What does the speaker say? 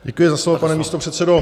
Děkuji za slovo, pane místopředsedo.